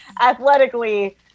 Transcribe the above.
athletically